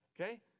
okay